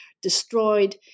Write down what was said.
destroyed